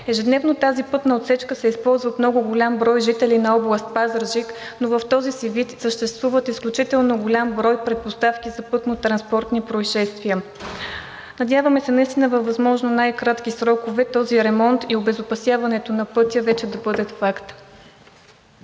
Ежедневно тази пътна отсечка се използва от много голям брой жители на област Пазарджик, но в този ѝ вид съществуват изключително голям брой предпоставки за пътно-транспортни произшествия. Надяваме се наистина във възможно най-кратки срокове този ремонт и обезопасяването на пътя вече да бъдат факт.